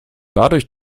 dadurch